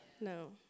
No